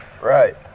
Right